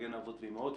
כ"מגן אבות ואימהות".